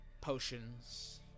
potions